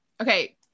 okay